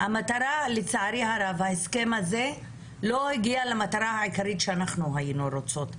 לצערי הרב ההסכם הזה לא השיג את המטרה העיקרית שהיינו רוצות.